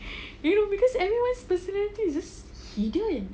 you know because everyone personalities is just hidden